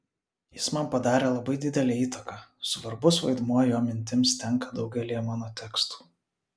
jis man padarė labai didelę įtaką svarbus vaidmuo jo mintims tenka daugelyje mano tekstų